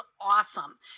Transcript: awesome